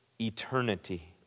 eternity